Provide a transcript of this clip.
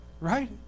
right